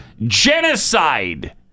Genocide